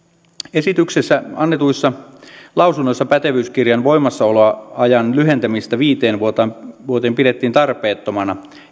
esityksestä annetuissa lausunnoissa pätevyyskirjan voimassaoloajan lyhentämistä viiteen vuoteen vuoteen pidettiin tarpeettomana